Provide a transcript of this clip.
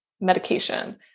medication